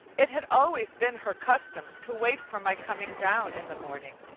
it had always been her custom to wait for my coming down in the morning,